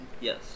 Yes